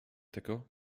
tego